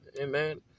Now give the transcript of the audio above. amen